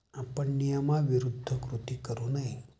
आपण नियमाविरुद्ध कृती करू नये